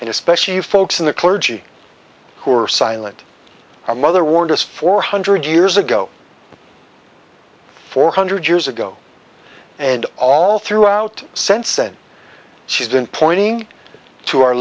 and especially you folks in the clergy who are silent a mother warned us four hundred years ago four hundred years ago and all throughout sense that she's been pointing to our